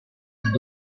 dorso